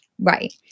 Right